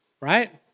right